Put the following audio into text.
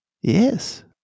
Yes